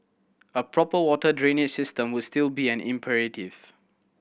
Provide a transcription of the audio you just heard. a proper water drainage system would still be an imperative